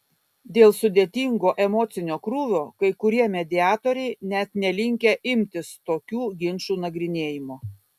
dėl sudėtingo emocinio krūvio kai kurie mediatoriai net nelinkę imtis tokių ginčų nagrinėjimo